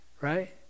right